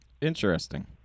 Interesting